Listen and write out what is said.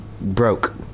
broke